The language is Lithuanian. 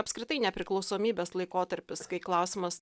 apskritai nepriklausomybės laikotarpis kai klausimas